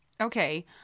Okay